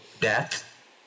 death